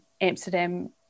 Amsterdam